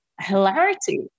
hilarity